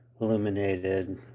illuminated